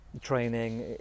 training